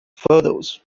photos